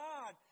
God